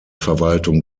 verwaltung